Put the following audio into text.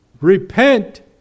repent